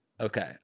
Okay